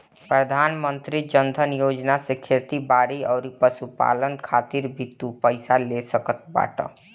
प्रधानमंत्री जन धन योजना से खेती बारी अउरी पशुपालन खातिर भी तू पईसा ले सकत बाटअ